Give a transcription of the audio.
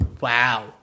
Wow